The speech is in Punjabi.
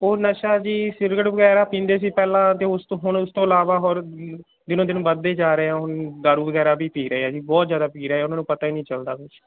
ਉਹ ਨਸ਼ਾ ਜੀ ਸਿਰਗਟ ਵਗੈਰਾ ਪੀਂਦੇ ਸੀ ਪਹਿਲਾਂ ਤਾਂ ਉਸ ਤੋਂ ਹੁਣ ਉਸ ਤੋਂ ਇਲਾਵਾ ਹੋਰ ਦਿਨੋ ਦਿਨ ਵਧਦੇ ਜਾ ਰਹੇ ਉਹ ਦਾਰੂ ਵਗੈਰਾ ਵੀ ਪੀ ਰਹੇ ਆ ਜੀ ਬਹੁਤ ਜ਼ਿਆਦਾ ਪੀ ਰਹੇ ਆ ਉਹਨਾਂ ਨੂੰ ਪਤਾ ਹੀ ਨਹੀਂ ਚਲਦਾ ਕੁਛ